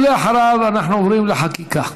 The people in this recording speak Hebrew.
ואחריו אנחנו עוברים לחקיקה.